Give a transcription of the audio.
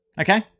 Okay